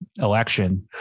election